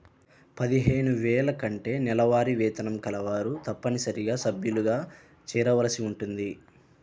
పదిహేను వేల కంటే నెలవారీ వేతనం కలవారు తప్పనిసరిగా సభ్యులుగా చేరవలసి ఉంటుంది